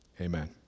amen